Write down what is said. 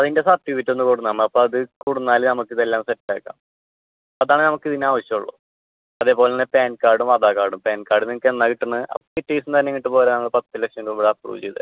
അപ്പോൾ അതിൻ്റെ സർട്ടിഫിക്കറ്റ് ഒന്ന് കൊണ്ടുവന്നാൽ മ അപ്പം അത് കൊണ്ടുവന്നാൽ നമുക്കിതെല്ലാം സെറ്റ് ആക്കാം അതാണേ നമുക്കിതിന് ആവശ്യമുള്ളൂ അതേപോലെ തന്നെ പാൻ കാർഡും ആധാർ കാർഡും പാൻ കാർഡ് നിങ്ങൾക്ക് എന്നാണ് കിട്ടുന്നത് പിറ്റേ ദിവസം തന്നെ ഇങ്ങോട്ട് പോരുക പത്ത് ലക്ഷം രൂപയുടെ അപ്പ്രൂവ് ചെയ്തുതരാം